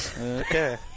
Okay